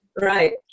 Right